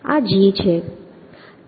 આ g છે